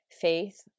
Faith